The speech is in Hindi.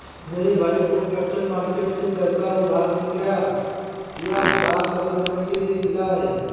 मेरे भाई को कैपिटल मार्केट से पैसा उधार मिल गया यह उधार लम्बे समय के लिए मिला है